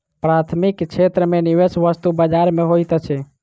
प्राथमिक क्षेत्र में निवेश वस्तु बजार में होइत अछि